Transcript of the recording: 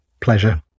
Pleasure